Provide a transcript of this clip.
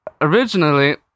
originally